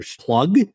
plug